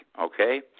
okay